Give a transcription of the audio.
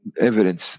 evidence